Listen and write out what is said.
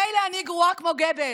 מילא שאני גרועה כמו גבלס,